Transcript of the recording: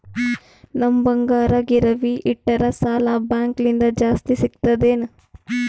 ನಮ್ ಬಂಗಾರ ಗಿರವಿ ಇಟ್ಟರ ಸಾಲ ಬ್ಯಾಂಕ ಲಿಂದ ಜಾಸ್ತಿ ಸಿಗ್ತದಾ ಏನ್?